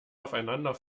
aufeinander